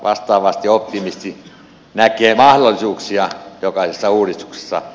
vastaavasti optimisti näkee mahdollisuuksia jokaisessa uudistuksessa